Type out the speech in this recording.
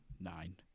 Nine